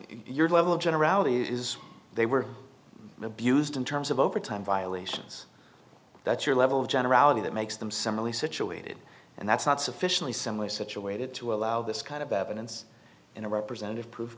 your level of generality is they were abused in terms of over time violations that your level of generality that makes them similarly situated and that's not sufficiently similar situated to allow this kind of evidence in a representative prove